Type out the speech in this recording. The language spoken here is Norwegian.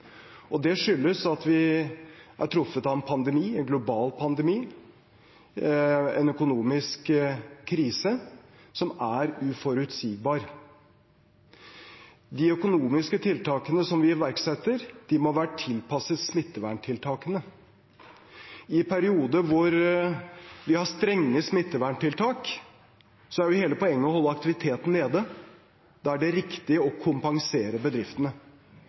Det skyldes at vi er truffet av en global pandemi og en økonomisk krise som er uforutsigbar. De økonomiske tiltakene vi iverksetter, må være tilpasset smitteverntiltakene. I perioder hvor vi har strenge smitteverntiltak, er hele poenget å holde aktiviteten nede. Da er det riktig å kompensere bedriftene.